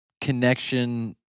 connection